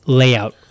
layout